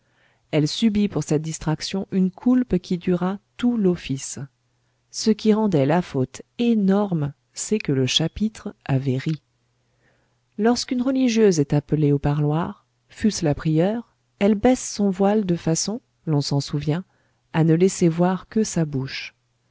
elle subit pour cette distraction une coulpe qui dura tout l'office ce qui rendait la faute énorme c'est que le chapitre avait ri lorsqu'une religieuse est appelée au parloir fût-ce la prieure elle baisse son voile de façon l'on s'en souvient à ne laisser voir que sa bouche